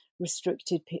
Restricted